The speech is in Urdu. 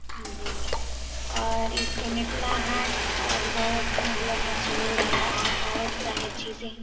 جی اور اس کے متھلا ہاٹ تو ابھی بہت مطلب مشہور ہے اور بہت ساری چیزیں